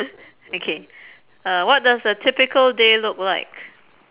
okay uh what does a typical day look like